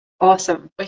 Awesome